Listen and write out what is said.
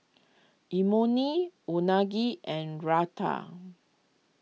Imoni Unagi and Raita